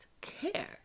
care